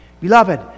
Beloved